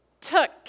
took